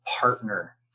partner